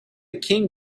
king